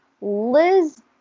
Liz